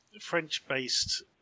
French-based